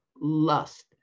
lust